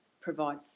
provide